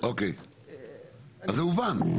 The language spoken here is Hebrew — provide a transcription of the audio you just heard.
זה הובן.